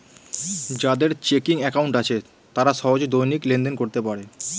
যাদের checking account আছে তারা সহজে দৈনিক লেনদেন করতে পারে